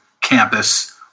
campus